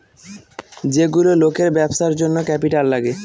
যেগুলো লোকের ব্যবসার জন্য ক্যাপিটাল লাগে